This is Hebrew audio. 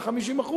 של ה-50%,